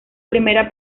primera